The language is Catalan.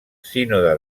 sínode